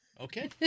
Okay